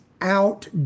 out